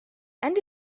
end